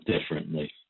differently